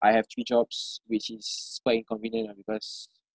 I have three jobs which is quite inconvenient ah because